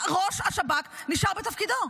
ראש השב"כ נשאר בתפקידו?